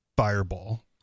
fireball